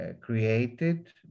created